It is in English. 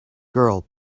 girl